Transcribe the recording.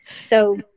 So-